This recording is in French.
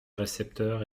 récepteur